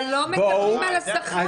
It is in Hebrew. אבל לא מדברים על השכר.